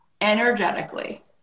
energetically